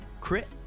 Crit